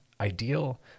ideal